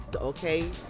okay